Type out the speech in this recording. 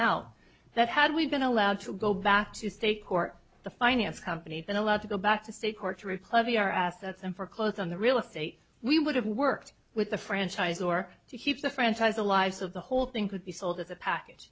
now that had we been allowed to go back to state court the finance company then allowed to go back to state court to reply via our assets and foreclose on the real estate we would have worked with the franchise or to keep the franchise the lives of the whole thing could be sold as a package